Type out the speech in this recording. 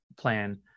plan